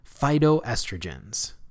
phytoestrogens